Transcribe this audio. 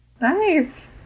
Nice